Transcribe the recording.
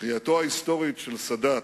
קריאתו ההיסטורית של סאדאת,